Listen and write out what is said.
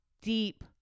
deep